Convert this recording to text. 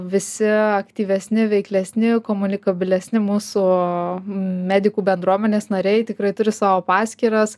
visi aktyvesni veiklesni komunikabilesni mūsų medikų bendruomenės nariai tikrai turi savo paskyras